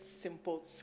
simple